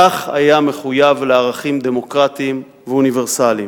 כך היה גם מחויב לערכים דמוקרטיים ואוניברסליים,